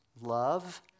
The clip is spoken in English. Love